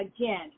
again